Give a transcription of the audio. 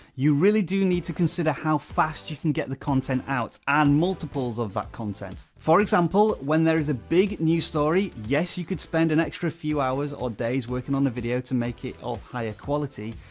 you really do need to consider how fast you can get the content out, and multiples of that content. for example, when there is a big new story, yes, you could spend an extra few hours, or days working on the video to make it of higher quality,